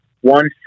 one